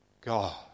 God